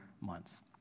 months